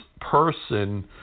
person